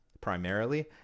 primarily